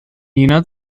jener